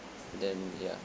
then ya